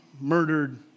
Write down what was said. murdered